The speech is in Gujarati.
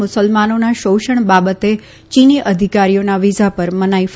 મુસલમાનોના શોષણ બાબતે ચીની અધિકારીઓના વીઝા પર મનાઈ ફરમાવશે